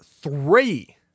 three